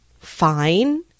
fine